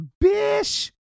Bish